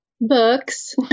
Books